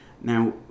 Now